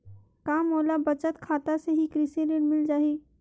का मोला बचत खाता से ही कृषि ऋण मिल जाहि?